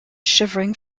shivering